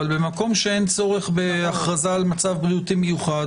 אבל במקום שאין צורך על הכרזה על מצב בריאותי מיוחד,